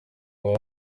baba